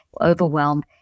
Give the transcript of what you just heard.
overwhelmed